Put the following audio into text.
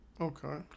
Okay